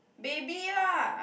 baby lah